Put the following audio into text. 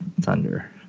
Thunder